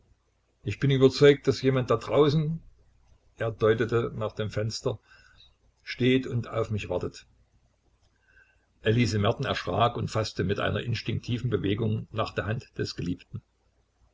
ich bin überzeugt daß jemand da draußen er deutete nach dem fenster steht und auf mich wartet elise merten erschrak und faßte mit einer instinktiven bewegung nach der hand des geliebten